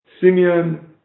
Simeon